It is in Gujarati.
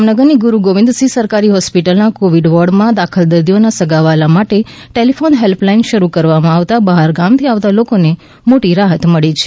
જામનગર ની ગુરુ ગોવિંદસિંહ સરકારી હોસ્પિટલ ના કોવિદ વોર્ડ માં દાખલ દર્દીઓ ના સગાવહાલા માટે ટેલિફોન હેલ્પ લાઈન શરૂ કરવામાં આવતા બહારગામ થી આવતા લોકો ને મોટી રાહત મળી છે